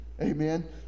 Amen